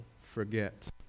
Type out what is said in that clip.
forget